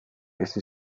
ezin